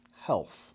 health